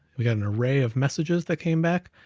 we've got an array of messages that came back,